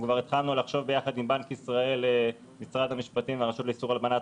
התחלנו לחשוב יחד עם בנק ישראל והרשות לאיסור הלבנת